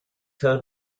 the